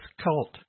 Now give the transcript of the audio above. cult